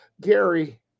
Gary